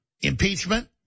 impeachment